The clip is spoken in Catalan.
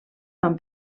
van